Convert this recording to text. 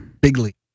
Bigly